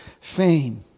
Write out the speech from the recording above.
fame